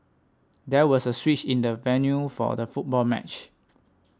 there was a switch in the venue for the football match